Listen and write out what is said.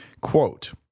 Quote